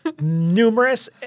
numerous